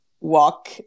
walk